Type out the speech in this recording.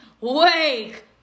wake